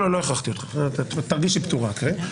לא, לא הכרחתי אותך, תרגישי פטורה, קארין.